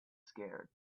scared